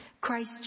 Christ